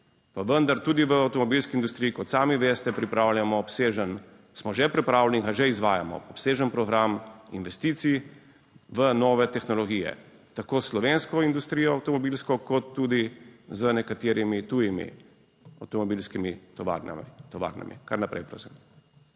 vendar, tudi v avtomobilski industriji, kot sami veste, pripravljamo obsežen, smo že pripravili in ga že izvajamo, obsežen program investicij v nove tehnologije tako s slovensko industrijo, avtomobilsko, kot tudi z nekaterimi tujimi avtomobilskimi tovarnami. (Kar naprej, prosim.)